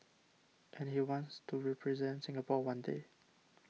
and he wants to represent Singapore one day